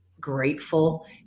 grateful